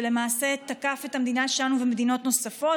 שלמעשה תקף את המדינה שלנו ומדינות נוספות,